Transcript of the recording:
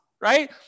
right